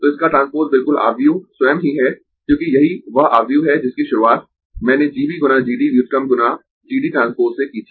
तो इसका ट्रांसपोज बिल्कुल आव्यूह स्वयं ही है क्योंकि यही वह आव्यूह है जिसकी शुरुआत मैंने G B गुना G D व्युत्क्रम गुना G D ट्रांसपोज से की थी